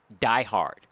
diehard